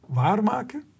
waarmaken